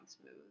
smooth